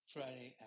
Friday